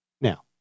Now